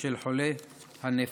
של חולי הנפש.